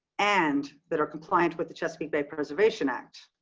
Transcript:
and that are compliant with the chesapeake bay preservation act.